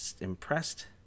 impressed